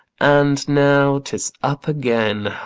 and now tis up again.